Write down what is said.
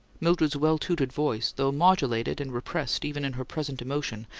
mildred's well-tutored voice, though modulated and repressed even in her present emotion,